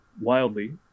wildly